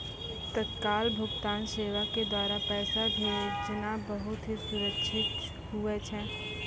तत्काल भुगतान सेवा के द्वारा पैसा भेजना बहुत ही सुरक्षित हुवै छै